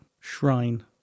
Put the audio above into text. shrine